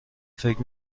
فکر